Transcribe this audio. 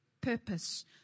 purpose